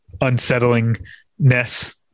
unsettlingness